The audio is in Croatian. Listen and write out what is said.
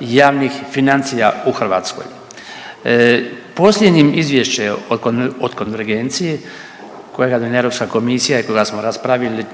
javnih financija u Hrvatskoj. Posljednjim izvješće o konvergenciji koja ga je donijela EK i koga smo raspravili